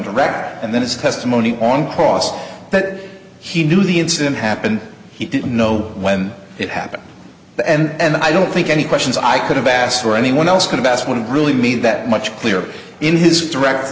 direct and then his testimony on cross that he knew the incident happened he didn't know when it happened and i don't think any questions i could have asked or anyone else could have asked when really mean that much clearer in his direct